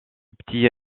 petit